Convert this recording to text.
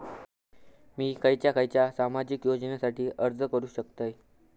मी खयच्या खयच्या सामाजिक योजनेसाठी अर्ज करू शकतय?